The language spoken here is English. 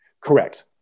Correct